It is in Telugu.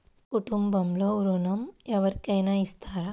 కుటుంబంలో ఋణం ఎవరికైనా ఇస్తారా?